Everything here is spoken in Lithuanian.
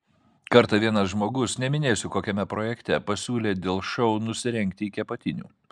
kartą vienas žmogus neminėsiu kokiame projekte pasiūlė dėl šou nusirengti iki apatinių